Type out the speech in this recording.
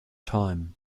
time